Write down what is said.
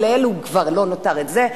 כי לאלו כבר לא נותר את זה.